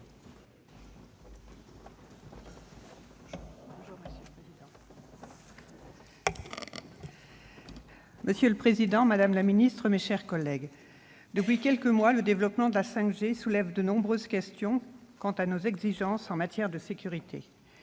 Monsieur le président, madame la secrétaire d'État, mes chers collègues, depuis quelques mois, le développement de la 5G soulève de nombreuses questions quant à nos exigences en matière de sécurité.